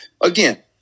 again